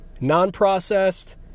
non-processed